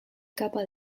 capa